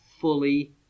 fully